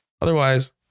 Otherwise